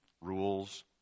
rules